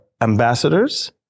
ambassadors